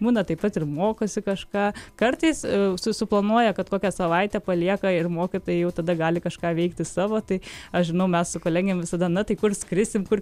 būna taip pat ir mokosi kažką kartais su suplanuoja kad kokią savaitę palieka ir mokytojai jau tada gali kažką veikti savo tai aš žinau mes su kolegėm visada tai kur skrisim kur